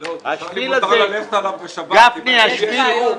הוא שאל אם מותר ללכת עליו בשבת, אם יש עירוב.